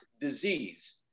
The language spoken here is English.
disease